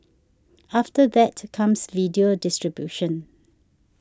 after that comes video distribution